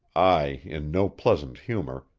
i in no pleasant humor,